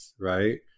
right